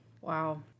Wow